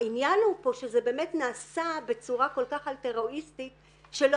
העניין הוא פה שזה באמת נעשה בצורה כל כך אלטרואיסטית שלא